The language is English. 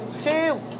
Two